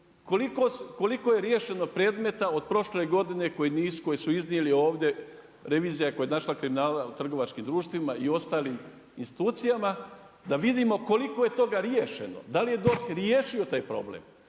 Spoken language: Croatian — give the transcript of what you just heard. koliko je riješeno predmeta od prošle godine koji nisu, koje su iznijeli ovdje, revizija koja je našla kriminal u trgovačkim društvima i ostalim institucijama, da vidimo koliko je toga riješeno. Da li je DORH riješio taj problem.